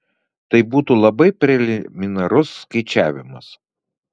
tai būtų labai preliminarus skaičiavimas